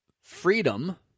freedom